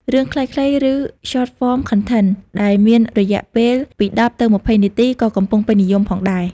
រឿងខ្លីៗ ឬ Short-form content ដែលមានរយៈពេលពី ១០ ទៅ ២០ នាទីក៏កំពុងពេញនិយមផងដែរ។